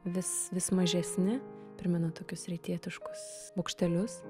vis vis mažesni primena tokius rytietiškus bokštelius